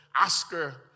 Oscar